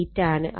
8 ആണ്